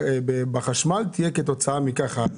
שגם בחשמל תהיה העלאה כתוצאה מכך.